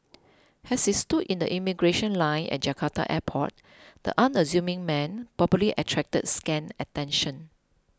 as he stood in the immigration line at Jakarta airport the unassuming man probably attracted scant attention